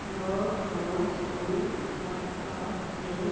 नओ पाँच दू आठ आठ एक